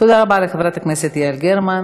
תודה רבה לחברת הכנסת יעל גרמן.